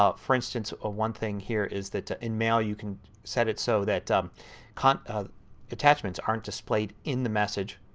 ah for instance ah one thing here is that in mail you can set it so that kind of attachments aren't displayed in the message,